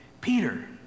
Peter